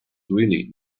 really